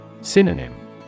Synonym